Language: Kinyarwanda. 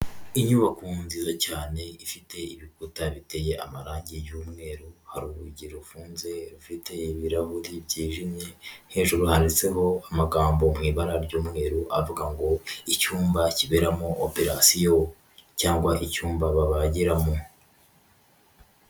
Inyubako nziza cyane ifite ibikuta biteye amarangi y'umweru, hari urugi rufunze rufite ibirahuri byijimye, hejuru handitseho amagambo mu ibara ry'umweru avuga ngo ''Icyumba kiberamo operasiyo cyangwa icyumba babagiramo.''